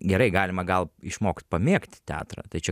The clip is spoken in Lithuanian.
gerai galima gal išmokt pamėgti teatrą tai čia